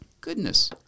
goodness